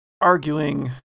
arguing